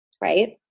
Right